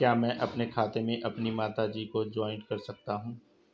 क्या मैं अपने खाते में अपनी माता जी को जॉइंट कर सकता हूँ?